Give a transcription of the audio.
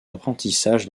apprentissage